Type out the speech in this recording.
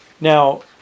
Now